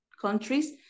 countries